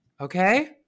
okay